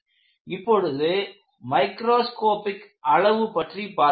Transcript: இப்பொழுது மைக்ரோஸ்கோப்பிக் அளவு பற்றி பார்க்கலாம்